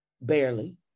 barely